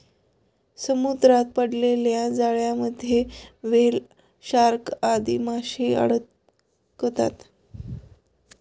समुद्रात पडलेल्या जाळ्यांमध्ये व्हेल, शार्क आदी माशे अडकतात